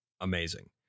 amazing